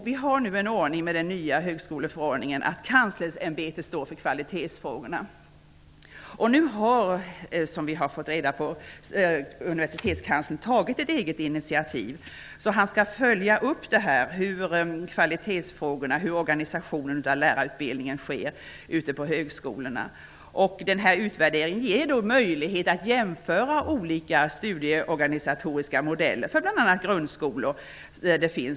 Vi har nu en ordning med den nya högskoleförordningen som innebär att kanslersämbetet ansvarar för kvalitetsfrågorna. Som vi har fått reda på har universitetskanslern tagit ett eget initiativ som innebär en utvärdering av kvalitetsfrågorna och hur organisationen av lärarutbildningen sker ute på högskolorna. Utvärderingen ger möjlighet att jämföra olika studieorganisatoriska modeller för bl.a. grundskolor.